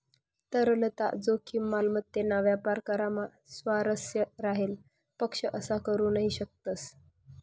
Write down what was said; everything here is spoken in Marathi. तरलता जोखीम, मालमत्तेना व्यापार करामा स्वारस्य राहेल पक्ष असा करू नही शकतस